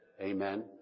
Amen